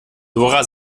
dora